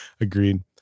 Agreed